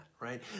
Right